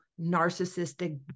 narcissistic